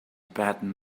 bad